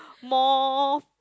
more